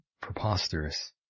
preposterous